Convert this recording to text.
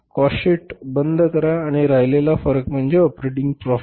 cost sheet बंद करा आणि राहिलेला फरक म्हणजे ऑपरेटिंग प्राॅफिट